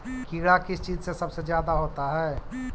कीड़ा किस चीज से सबसे ज्यादा होता है?